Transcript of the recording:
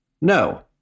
No